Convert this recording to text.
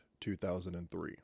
2003